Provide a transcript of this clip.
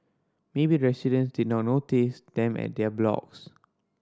maybe the residents did not notice them at their blocks